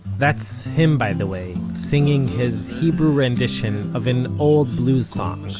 that's him, by the way, singing his hebrew rendition of an old blues song,